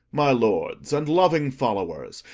my lords and loving followers,